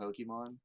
Pokemon